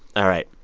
all right.